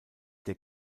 der